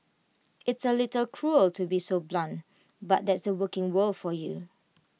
it's A little cruel to be so blunt but that's the working world for you